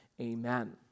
amen